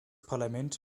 parlament